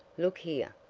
look here,